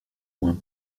point